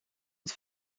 het